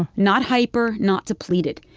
and not hyper, not depleted.